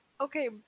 Okay